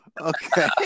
Okay